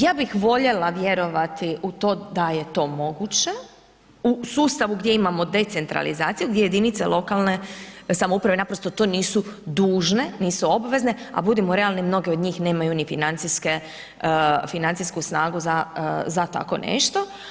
Ja bih voljela vjerovati u to da je to moguće u sustavu gdje imamo decentralizaciju gdje jedinice lokalne samouprave naprosto to nisu dužne, nisu obvezne a budimo realni mnoge od njih nemaju ni financijsku snagu za tako nešto.